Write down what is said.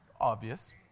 Obvious